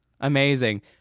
Amazing